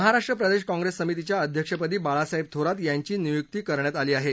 महाराष्ट्र प्रदेश काँग्रेस समितीच्या अध्यक्षपदी बाळासाहेब थोरात यांची नियुक्ती करण्यात आली आहे